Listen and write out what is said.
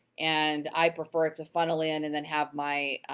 and i prefer it to funnel in and then have my,